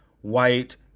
white